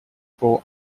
fore